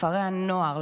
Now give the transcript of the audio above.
לכפרי הנוער,